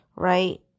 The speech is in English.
Right